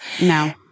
no